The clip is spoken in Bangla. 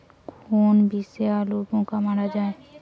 কোন বিষে আলুর পোকা মারা যায়?